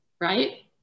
right